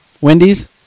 Wendy's